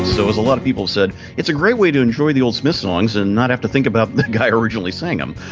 so it's a lot of people said it's a great way to enjoy the old smiths songs and not have to think about the guy originally sang them.